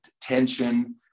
tension